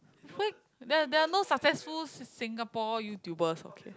where there are there are no successful s~ s~ Singapore YouTubers okay